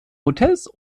hotels